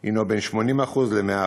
הוא בין 80% ל-100%,